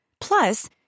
Plus